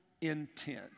intent